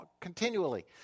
continually